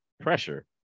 pressure